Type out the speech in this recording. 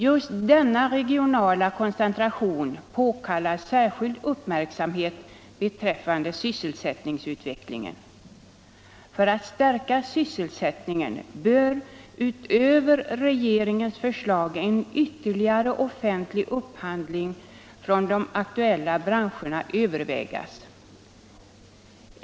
Just denna regionala koncentration påkallar särskild uppmärksamhet beträffande sysselsättningsutvecklingen. För att stärka sysselsättningen bör utöver regeringens förslag en ytterligare offentlig upphandling från de aktuella branscherna övervägas.